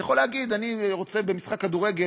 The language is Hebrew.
אתה יכול להגיד: אני רוצה במשחק כדורגל,